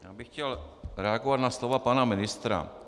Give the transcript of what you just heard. Já bych chtěl reagovat na slova pana ministra.